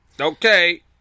Okay